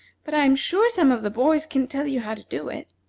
but i am sure some of the boys can tell you how to do it.